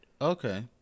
Okay